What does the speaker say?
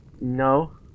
No